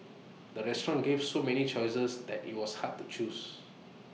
the restaurant gave so many choices that IT was hard to choose